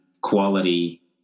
quality